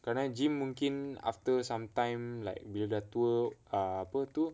kerana gym mungkin after some time like bila dah tua err apa tu